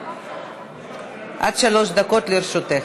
עד שלוש דקות לרשותך.